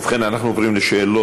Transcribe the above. ובכן, אנחנו עוברים לשאילתות